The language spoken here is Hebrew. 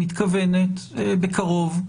מתכוונת בקרוב